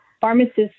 Pharmacists